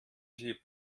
die